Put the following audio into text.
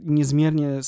niezmiernie